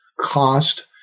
cost